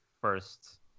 first